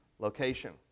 location